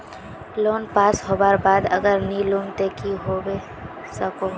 Loan पास होबार बाद अगर नी लुम ते की होबे सकोहो होबे?